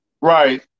Right